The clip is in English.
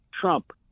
Trump